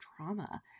trauma